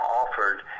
offered